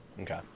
Okay